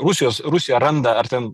rusijos rusija randa ar ten